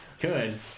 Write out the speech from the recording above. Good